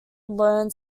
learned